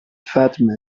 fatima